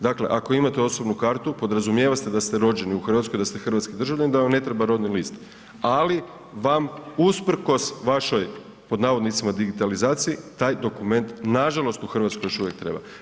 Dakle, ako imate osobnu kartu, podrazumijeva se da ste rođeni u Hrvatskoj, da ste hrvatski državljanin, da vam ne treba rodni list ali vam usprkos vašoj „digitalizaciji“, taj dokument nažalost, u Hrvatskoj još uvije treba.